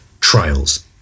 trials